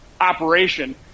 operation